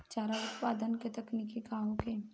चारा उत्पादन के तकनीक का होखे?